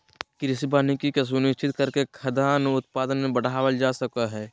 कृषि वानिकी के सुनिश्चित करके खाद्यान उत्पादन के बढ़ावल जा सक हई